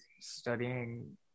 studying